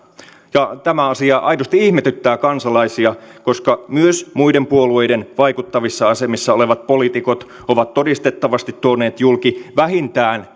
tämä asia aidosti ihmetyttää kansalaisia koska myös muiden puolueiden vaikuttavissa asemissa olevat poliitikot ovat todistettavasti tuoneet julki vähintään